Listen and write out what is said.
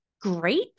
Great